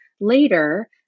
later